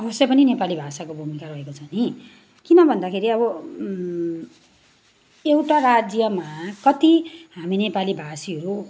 अवश्यै पनि नेपाली भाषाको भूमिका रहेको छ नि किन भन्दाखेरि अब एउटा राज्यमा कति हामी नेपालीभाषी हो